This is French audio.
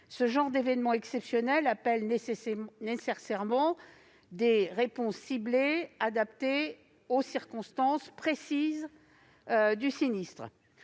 Ce genre d'événement exceptionnel appelle nécessairement des réponses ciblées, adaptées aux circonstances précises du sinistre.